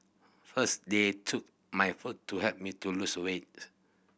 first they took my food to help me to lose a weight